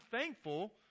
thankful